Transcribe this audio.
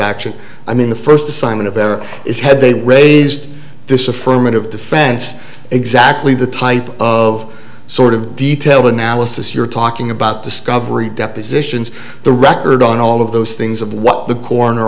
action i mean the first assignment of there is had they raised this affirmative defense exactly the type of sort of detailed analysis you're talking about discovery depositions the record on all of those things of what the coroner